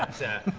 that,